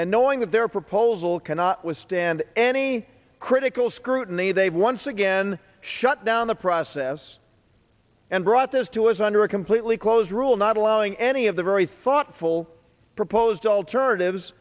and knowing that their proposal cannot withstand any critical scrutiny they've once again shut down the process and brought this to us under a completely closed rule not allowing any of the very thoughtful proposed alternatives